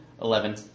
Eleven